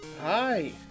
Hi